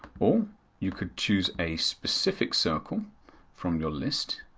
or you could choose a specific circle from your list.